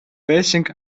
байшинг